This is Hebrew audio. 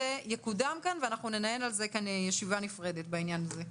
יקודם כאן ואנחנו ננהל על זה כאן ישיבה נפרדת בעניין הזה.